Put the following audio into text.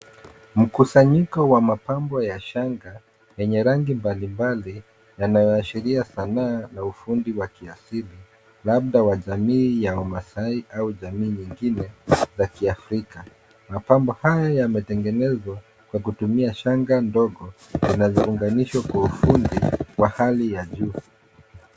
Mkusanyiko was mapambo ya shanga, yenye rangi mbali mbali, yanayoashiria sanaa na ufundi wa kiasili. labda wa jamii ya kimasai au jamii ingine ya kiafrika. Mapambo haya yametengenezwa kwa kutumia shanga ndogo zinazo unganishwa kwa ufundi, kwa hali ya juu.